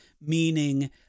meaning